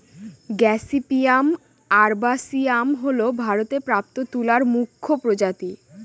gossypium আরবাসিয়াম হল ভারতে প্রাপ্ত তুলার মুখ্য প্রজাতি